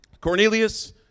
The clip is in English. Cornelius